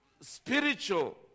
spiritual